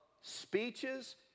speeches